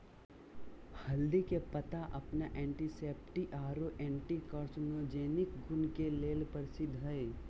हल्दी के पत्ता अपन एंटीसेप्टिक आरो एंटी कार्सिनोजेनिक गुण के लेल प्रसिद्ध हई